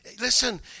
Listen